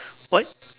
what